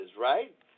right